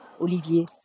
Olivier